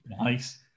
Nice